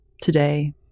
today